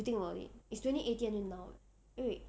you think about it is twenty eighteen until now eh eh wait